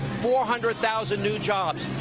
four hundred thousand new jobs.